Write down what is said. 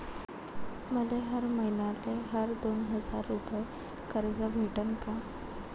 मले हर मईन्याले हर दोन हजार रुपये कर्ज भेटन का?